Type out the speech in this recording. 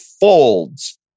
folds